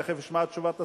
תיכף נשמע את תשובת השר,